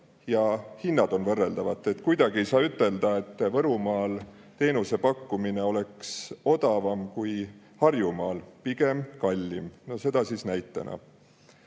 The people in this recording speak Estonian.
hinnad on võrreldavad. Kuidagi ei saa ütelda, et Võrumaal on teenuse pakkumine odavam kui Harjumaal, pigem on kallim – see siis näitena.